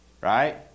Right